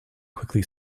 quickly